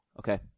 Okay